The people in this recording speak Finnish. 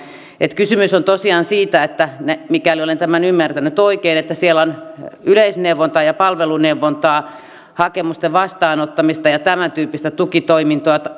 kysymys on tosiaan siitä mikäli olen tämän ymmärtänyt oikein että siellä on yleisneuvontaa ja palveluneuvontaa hakemusten vastaanottamista ja tämäntyyppistä tukitoimintoa